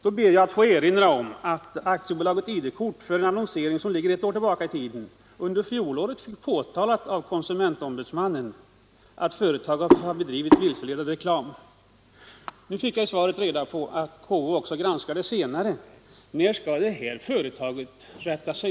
Jag ber att få erinra om att under fjolåret konsumentombudsmannen i anslutning till en annonsering som ligger ett år tillbaka i tiden påtalade att företaget bedrivit vilseledande reklam. Nu fick jag i svaret reda på att KO granskat företaget också senare. När skall detta företag bättra sig?